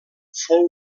fou